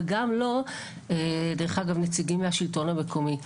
וגם לא דרך אגב נציגים מהשלטון המקומי.